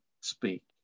speak